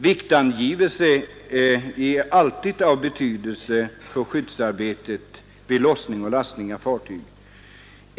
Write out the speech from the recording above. Viktangivelse är alltid av betydelse för skyddsarbetet vid lossning och lastning av fartyg.